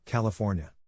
California